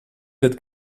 that